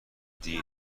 دیر